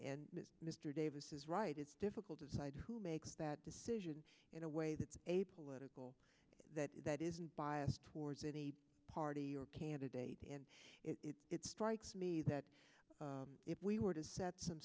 mr davis is right it's difficult to decide who makes that decision in a way that a political that that isn't biased towards a party or candidate and it strikes me that if we were to set some